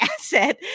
asset